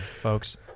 folks